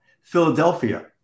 Philadelphia